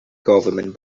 government